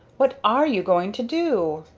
what are you going to do?